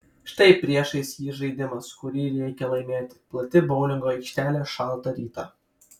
štai priešais jį žaidimas kurį reikia laimėti plati boulingo aikštelė šaltą rytą